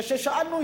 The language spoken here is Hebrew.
כששאלנו,